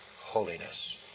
holiness